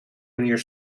manier